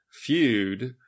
feud